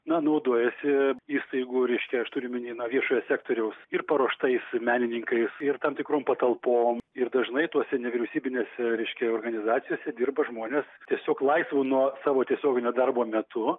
na naudojasi įstaigų reiškia aš turiu omeny na viešojo sektoriaus ir paruoštais menininkais ir tam tikrom patalpom ir dažnai tose nevyriausybinėse organizacijose dirba žmonės tiesiog laisvu nuo savo tiesioginio darbo metu